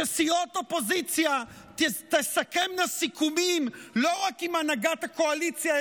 שסיעות אופוזיציה תסכמנה סיכומים לא רק עם הנהגת הקואליציה,